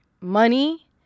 money